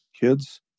kids